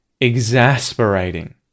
exasperating